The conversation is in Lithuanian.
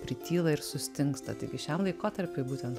prityla ir sustingsta taigi šiam laikotarpiui būtent